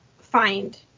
find